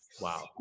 Wow